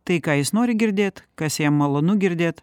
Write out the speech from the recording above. tai ką jis nori girdėt kas jam malonu girdėt